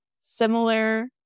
similar